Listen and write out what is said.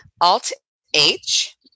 Alt-H